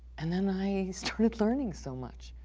and then i started learning so much,